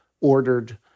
ordered